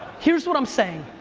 here's what i'm saying.